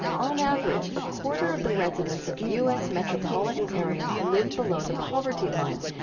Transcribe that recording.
on average, a quarter of the residents of u s. metropolitan areas live below the poverty line,